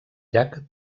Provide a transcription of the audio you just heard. llac